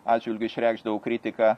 atžvilgiu išreikšdavau kritiką